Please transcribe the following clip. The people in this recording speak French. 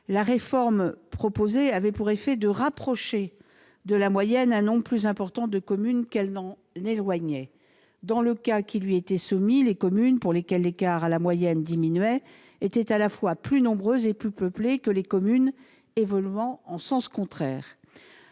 la réforme proposée avait pour effet de rapprocher de la moyenne, en termes de représentation, un nombre plus important de communes qu'elle n'en éloignait. Dans le cas d'espèce qui lui était soumis, les communes pour lesquelles l'écart à la moyenne diminuait étaient à la fois plus nombreuses et plus peuplées que les communes connaissant une évolution contraire.